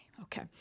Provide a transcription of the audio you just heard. Okay